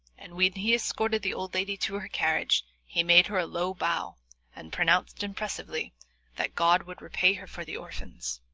and when he escorted the old lady to her carriage he made her a low bow and pronounced impressively that, god would repay her for the orphans.